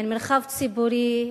אין מרחב ציבורי,